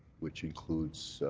which includes.